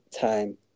time